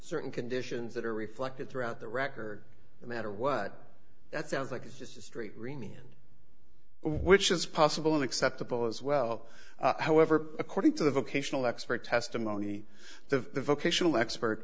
certain conditions that are reflected throughout the record the matter what that sounds like it's just a street renia which is possible in acceptable as well however according to the vocational expert testimony the vocational expert